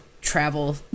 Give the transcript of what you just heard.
travel